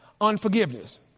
Unforgiveness